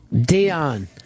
Dion